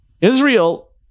israel